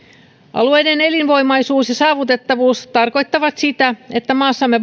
alueiden elinvoimaisuus ja saavutettavuus tarkoittavat sitä että maassamme